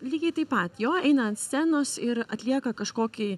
lygiai taip pat jo eina ant scenos ir atlieka kažkokį